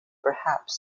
perhaps